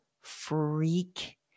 freak